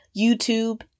YouTube